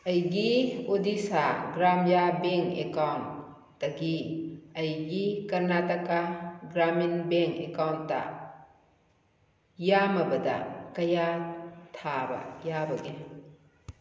ꯑꯩꯒꯤ ꯑꯣꯗꯤꯁꯥ ꯒ꯭ꯔꯥꯃꯤꯌꯥ ꯕꯦꯡ ꯑꯦꯀꯥꯎꯟꯗꯒꯤ ꯑꯩꯒꯤ ꯀꯔꯅꯥꯇꯀꯥ ꯒ꯭ꯔꯥꯃꯤꯟ ꯕꯦꯡ ꯑꯦꯀꯥꯎꯟꯗ ꯌꯥꯝꯃꯕꯗ ꯀꯌꯥ ꯊꯥꯕ ꯌꯥꯕꯒꯦ